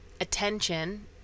attention